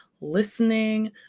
listening